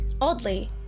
Oddly